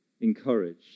Encouraged